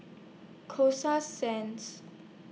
Coasta Sands